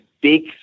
big